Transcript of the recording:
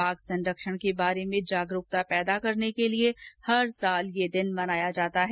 बाघ संरक्षण के बारे में जागरूकता पैदा करने के लिए हर साल ये दिन मनाया जाता है